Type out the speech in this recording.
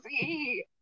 see